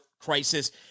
crisis